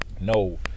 no